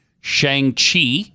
Shang-Chi